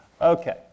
Okay